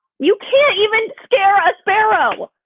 you can't even scare a sparrow.